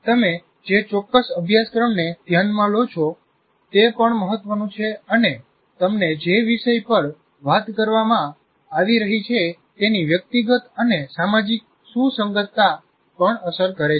તમે જે ચોક્કસ અભ્યાસક્રમને ધ્યાનમાં લો છો તે પણ મહત્વનું છે અને તમને જે વિષય પર વાત કરવામાં આવી રહી છે તેની વ્યક્તિગત અને સામાજિક સુસંગતતા પણ અસર કરે છે